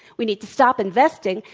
we need to stop investing.